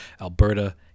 Alberta